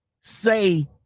say